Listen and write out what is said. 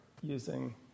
using